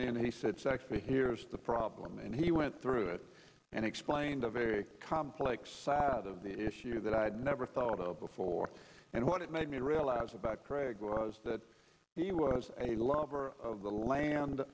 me and he said sex he hears the problem and he went through it and explained a very complex side of the issue that i had never thought of before and what it made me realize about craig was that he was a lover of the land